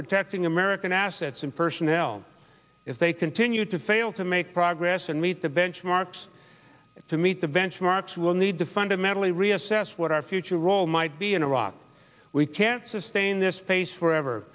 protecting american at assets and personnel if they continue to fail to make progress and meet the benchmarks to meet the benchmarks we will need to fundamentally reassess what our future role might be in iraq we can't sustain this pace forever